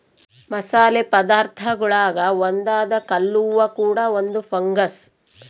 ಮಸಾಲೆ ಪದಾರ್ಥಗುಳಾಗ ಒಂದಾದ ಕಲ್ಲುವ್ವ ಕೂಡ ಒಂದು ಫಂಗಸ್